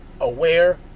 Aware